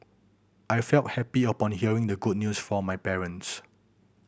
I felt happy upon hearing the good news from my parents